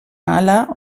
ahala